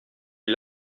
est